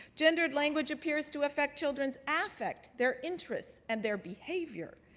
gendered language appears to affect children's affect, their interests, and their behavior.